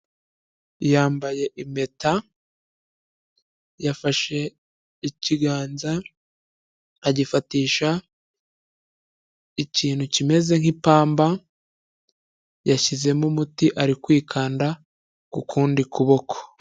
Yambaye impeta, yafashe ikiganza, agifatisha ikintu kimeze nk'ipamba, yashyizemo umuti ari kwikanda ku kundi kuboko.